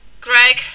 Greg